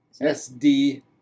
SD